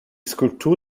skulptur